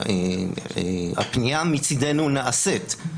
הפנייה מצידנו נעשית.